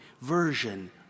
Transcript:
version